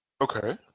Okay